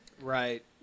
Right